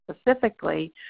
specifically